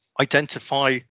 identify